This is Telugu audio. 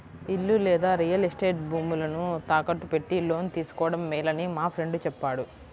ఇల్లు లేదా రియల్ ఎస్టేట్ భూములను తాకట్టు పెట్టి లోను తీసుకోడం మేలని మా ఫ్రెండు చెప్పాడు